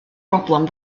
broblem